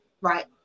Right